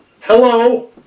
Hello